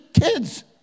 kids